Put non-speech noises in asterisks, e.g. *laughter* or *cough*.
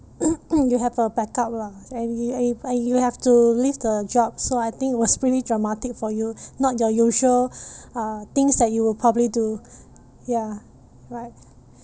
*noise* you have a backup lah and you and you and you have to leave the job so I think it was pretty traumatic for you not your usual uh things that you will probably do ya right